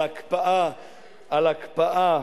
על הקפאה